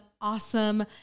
awesome